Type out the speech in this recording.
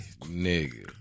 Nigga